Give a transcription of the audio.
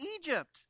Egypt